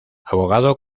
abogado